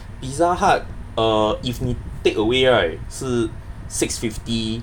Pizza Hut err if 你 takeaway right 是 six fifty